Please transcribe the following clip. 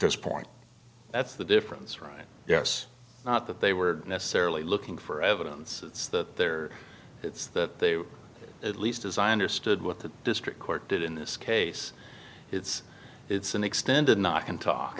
this point that's the difference right yes not that they were necessarily looking for evidence it's that they're it's that they were at least as i understood what the district court did in this case it's it's an extended knock and talk